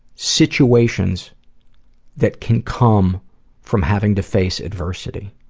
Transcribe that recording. situations that can come from having to face adversity.